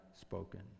spoken